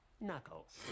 Knuckles